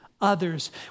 others